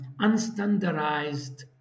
unstandardized